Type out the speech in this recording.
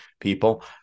people